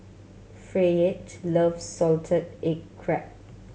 Fayette loves salted egg crab